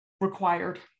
Required